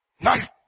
None